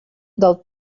del